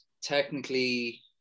technically